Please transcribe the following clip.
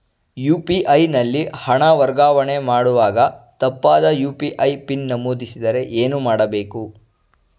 UPI ನಲ್ಲಿ ಹಣ ವರ್ಗಾವಣೆ ಮಾಡುವಾಗ ತಪ್ಪಾದ ಯು.ಪಿ.ಐ ಪಿನ್ ನಮೂದಿಸಿದರೆ ಏನು ಮಾಡಬೇಕು?